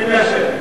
אני מאשר.